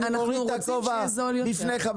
אנחנו רוצים שיהיה זול יותר.